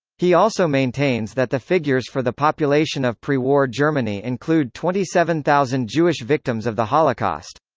he also maintains that the figures for the population of prewar germany include twenty seven thousand jewish victims of the holocaust.